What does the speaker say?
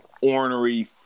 ornery